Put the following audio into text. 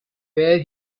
where